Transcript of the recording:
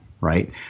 right